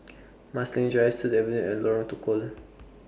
Marsiling Drive Sut Avenue and Lorong Tukol